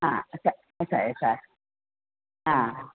సరే సార్